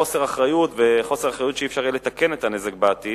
חוסר אחריות וחוסר אחריות שלא יהיה אפשר לתקן את הנזק בעתיד,